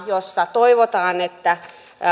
jossa toivotaan että kun